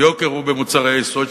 כי היוקר הוא במוצרי היסוד,